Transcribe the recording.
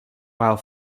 while